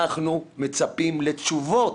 אנחנו מצפים לתשובות.